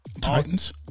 Titans